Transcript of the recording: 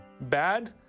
Bad